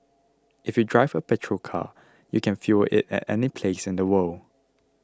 if you drive a petrol car you can fuel it any place in the world